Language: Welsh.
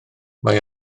mae